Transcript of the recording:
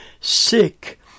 sick